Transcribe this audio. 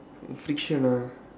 friction ah